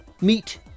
Meet